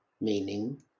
meaning